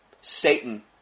Satan